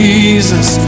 Jesus